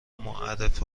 معرف